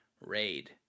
Raid